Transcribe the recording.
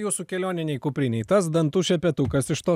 jūsų kelioninėj kuprinėj tas dantų šepetukas iš to